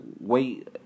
wait